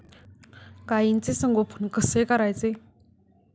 गाईचे संगोपन कसे करायचे?